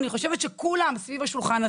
אני חושבת שכולם סביב השולחן,